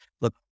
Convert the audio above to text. Look